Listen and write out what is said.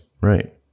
right